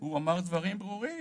הוא אמר דברים ברורים.